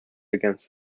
against